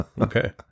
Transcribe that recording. okay